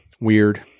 weird